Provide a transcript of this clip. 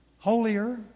Holier